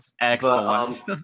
Excellent